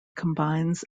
combines